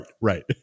Right